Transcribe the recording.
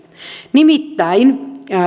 nimittäin